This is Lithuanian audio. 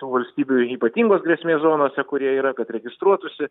tų valstybių ypatingos grėsmės zonose kurie yra kad registruotųsi